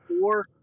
four